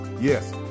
Yes